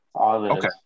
Okay